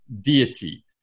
deity